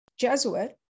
Jesuit